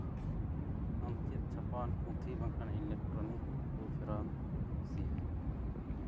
ᱟᱢ ᱪᱮᱫ ᱪᱷᱟᱯᱟᱣᱟᱱ ᱯᱩᱛᱷᱤ ᱵᱟᱠᱷᱟᱱ ᱤᱞᱮᱠᱴᱨᱚᱱᱤᱠ ᱟᱹᱨᱩ ᱯᱷᱮᱨᱟᱣ ᱮᱢ ᱠᱩᱥᱤᱭᱟᱜᱼᱟ